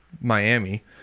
Miami